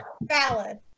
Valid